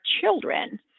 children